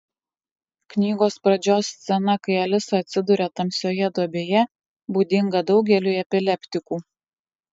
knygos pradžios scena kai alisa atsiduria tamsioje duobėje būdinga daugeliui epileptikų